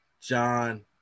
John